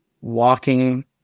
walking